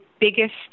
biggest